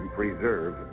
preserve